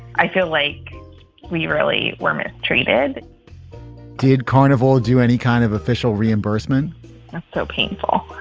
i feel like we really were mistreated did carnival do any kind of official reimbursement that's so painful?